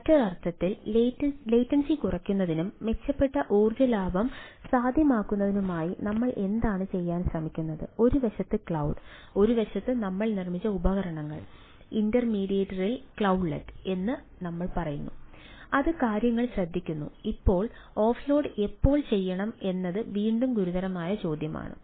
mobile എപ്പോൾ ചെയ്യണം എന്നത് വീണ്ടും ഗുരുതരമായ ചോദ്യമാണ്